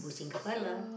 pusing kepala